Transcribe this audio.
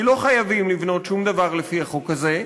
כי לא חייבים לבנות שום דבר לפי החוק הזה,